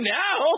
now